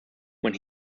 when